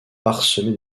parsemés